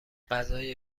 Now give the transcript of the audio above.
غذای